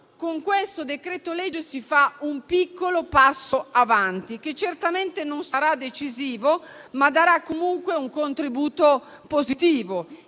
Con il decreto-legge in esame si fa un piccolo passo in avanti, che certamente non sarà decisivo, ma darà comunque un contributo positivo.